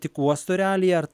tik uosto realija ar